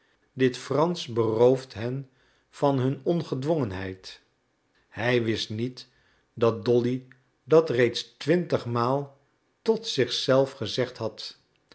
dit fransch berooft hen van hun ongedwongenheid hij wist niet dat dolly dat reeds twintig maal tot zich zelf gezegd had